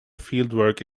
fieldwork